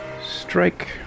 Strike